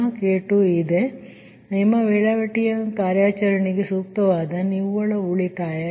ಆದ್ದರಿಂದ ನಿಮ್ಮ ವೇಳಾಪಟ್ಟಿ ಕಾರ್ಯಾಚರಣೆಗೆ ಸೂಕ್ತವಾದ ನಿವ್ವಳ ಉಳಿತಾಯ